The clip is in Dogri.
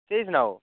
स्हेई सनाओ